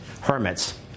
hermits